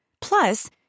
Plus